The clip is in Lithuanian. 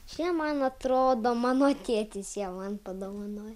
čia man atrodo mano tėtis ją man padovanojo